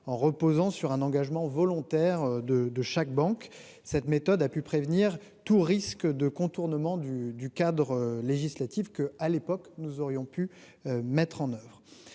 en reposant sur un engagement volontaire de de chaque banque. Cette méthode a pu prévenir tout risque de contournement du du cadre législatif que à l'époque, nous aurions pu mettre en oeuvre.